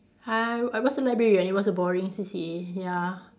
uh I w~ I was a librarian it was a boring C_C_A ya